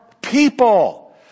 people